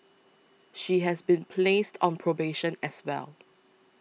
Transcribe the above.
she has been placed on probation as well